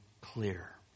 clear